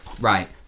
Right